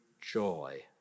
joy